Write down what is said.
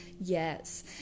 Yes